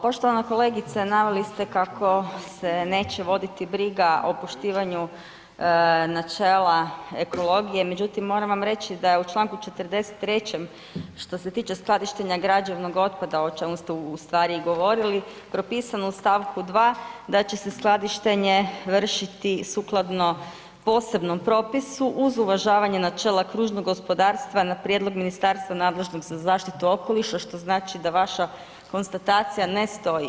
Poštovana kolegice, naveli ste kako se neće voditi briga o poštivanju načela ekologije, međutim moram vam reći da je u čl. 43. što se tiče skladištenja građevnog otpada o čemu ste u stvari i govorili, propisano u st. 2. da će se skladištenje vršiti sukladno posebnom propisu uz uvažavanje načela kružnog gospodarstva na prijedlog ministarstva nadležnog za zaštitu okoliša što znači da vaša konstatacija ne stoji.